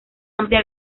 amplia